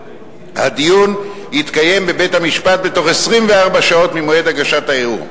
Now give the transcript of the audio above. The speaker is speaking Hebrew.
והדיון יתקיים בפני בית-המשפט בתוך 24 שעות ממועד הגשת הערעור.